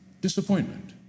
Disappointment